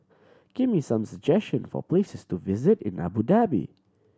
give me some suggestion for places to visit in Abu Dhabi